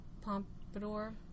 Pompadour